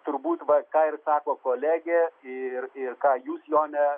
turbūt va ką ir sako kolegė ir ir ką jūs jone